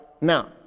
now